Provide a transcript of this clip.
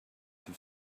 have